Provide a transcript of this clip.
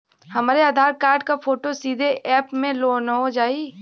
हमरे आधार कार्ड क फोटो सीधे यैप में लोनहो जाई?